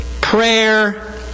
prayer